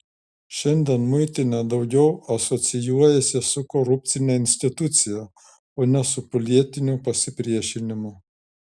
šiandien muitinė daugiau asocijuojasi su korupcine institucija o ne su pilietiniu pasipriešinimu